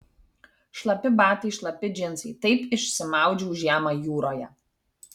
šlapi batai šlapi džinsai taip išsimaudžiau žiemą jūroje